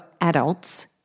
adults